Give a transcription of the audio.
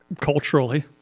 culturally